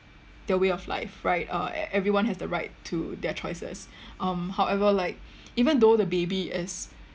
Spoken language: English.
the way of life like right uh everyone has the right to their choices um however like even though the baby is